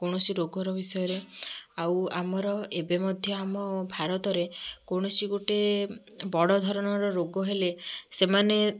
କୌଣସି ରୋଗର ବିଷୟରେ ଆଉ ଆମର ଏବେ ମଧ୍ୟ ଆମ ଭାରତରେ କୌଣସି ଗୋଟେ ବଡ଼ ଧରଣର ରୋଗ ହେଲେ ସେମାନେ